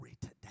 today